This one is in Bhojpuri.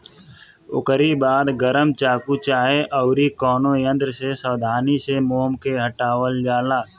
ओकरी बाद गरम चाकू चाहे अउरी कवनो यंत्र से सावधानी से मोम के हटावल जाला